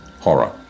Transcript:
Horror